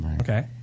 Okay